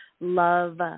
love